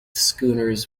schooners